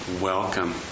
welcome